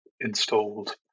installed